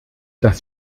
das